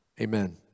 Amen